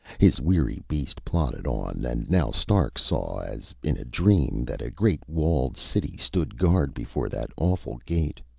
his weary beast plodded on, and now stark saw as in a dream that a great walled city stood guard before that awful gate.